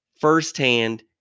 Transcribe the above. firsthand